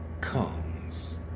comes